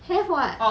have what